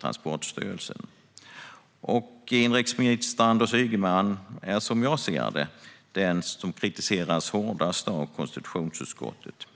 Transportstyrelsen. Inrikesminister Anders Ygeman är som jag ser det den som kritiseras hårdast av konstitutionsutskottet.